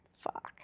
fuck